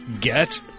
get